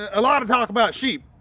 a lot of talk about sheep.